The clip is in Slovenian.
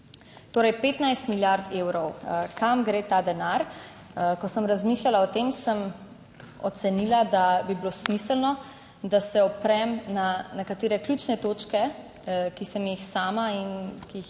Torej 15 milijard evrov. Kam gre ta denar? Ko sem razmišljala o tem, sem ocenila, da bi bilo smiselno, da se oprem na nekatere ključne točke, ki sem jih sama in ki jih